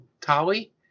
Tali